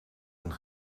een